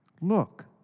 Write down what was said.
look